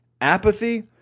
Apathy